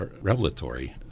revelatory